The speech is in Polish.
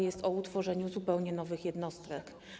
Jest mowa o utworzeniu zupełnie nowych jednostek.